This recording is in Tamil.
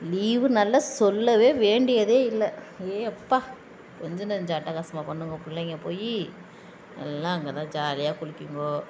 லீவு நாளில் சொல்லவே வேண்டியதே இல்லை ஏ அப்பா கொஞ்சம் நெஞ்சம் அட்டகாசமா பண்ணுங்க பிள்ளைங்க போய் எல்லாம் அங்கே தான் ஜாலியாக குளிக்கங்கோ